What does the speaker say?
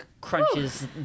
crunches